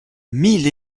mille